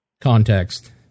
Context